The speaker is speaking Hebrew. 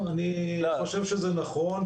לא, אני חושב שזה נכון.